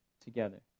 together